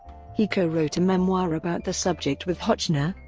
he co-wrote a memoir about the subject with hotchner,